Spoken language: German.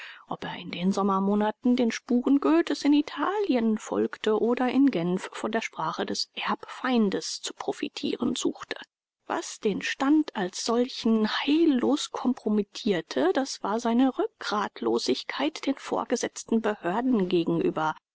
ob er in den sommermonaten den spuren goethes in italien folgte oder in genf von der sprache des erbfeindes zu profitieren suchte was den stand als solchen heillos kompromittierte das war seine rückgratlosigkeit den vorgesetzten behörden gegenüber